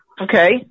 Okay